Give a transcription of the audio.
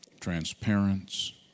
transparency